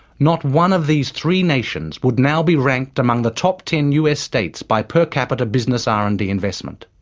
not one of these three nations would now be ranked among the top ten us states by per capita business r and d investment.